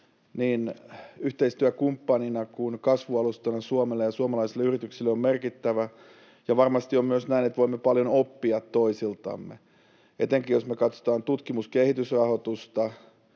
niin yhteistyökumppanina kuin kasvualustana Suomelle ja suomalaisille yrityksille on merkittävä, ja varmasti on myös näin, että voimme paljon oppia toisiltamme. Etenkin jos me katsotaan tutkimus-, kehitysrahoitusta,